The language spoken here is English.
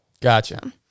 Gotcha